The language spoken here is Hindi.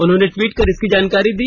उन्होंने ट्वीट कर इसकी जानकारी दी